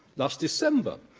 last december,